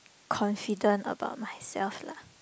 confident about myself lah